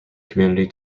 community